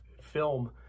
film